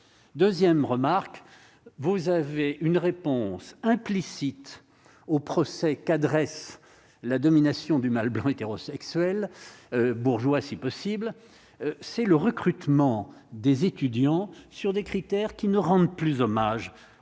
2ème remarque : vous avez une réponse implicite au procès qu'adresse la domination du mâle blanc hétérosexuel bourgeois, si possible, c'est le recrutement des étudiants sur des critères qui ne rend de plus hommage